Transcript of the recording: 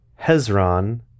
Hezron